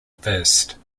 first